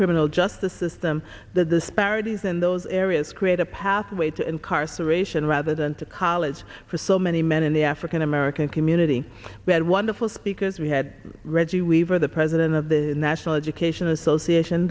criminal justice system the disparities in those areas create a pathway to incarceration rather than to college for so many men in the african american community we had wonderful speakers we had reggie weaver the president of the national education association